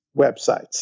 websites